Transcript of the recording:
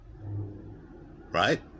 right